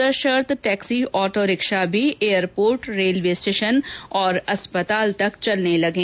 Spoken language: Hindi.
सशर्त टैक्सी आटो रिक्शा भी एयरपोर्ट रेलवे स्टेशन हॉस्पिटलों तक चलने लगें